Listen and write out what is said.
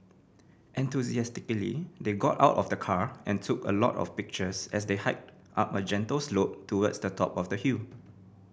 enthusiastically they got out of the car and took a lot of pictures as they hiked up a gentle slope towards the top of the hill